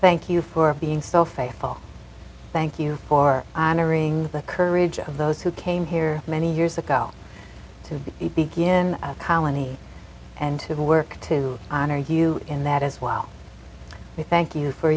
thank you for being so faithful thank you for honoring the courage of those who came here many years ago to begin a colony and to work to honor you in that as well we thank you for